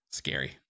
scary